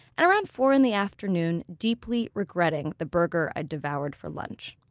and around four in the afternoon deeply regretting the burger i'd devoured for lunch.